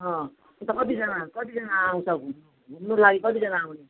उता कतिजना कतिजना आउँछ घुम्नु लागि कतिजना आउँछ